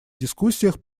дискуссиях